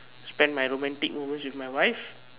spend my romantic moments with my wife